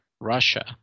Russia